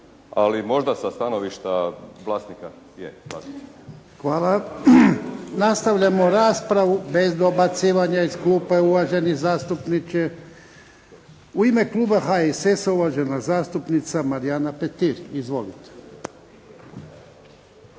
ali možda sa stanovišta vlasnika je. **Jarnjak, Ivan (HDZ)** Hvala. Nastavljamo raspravu. Bez dobacivanja iz klupe uvaženi zastupniče. U ime kluba HSS-a, uvažena zastupnica Marijana Petir. Izvolite.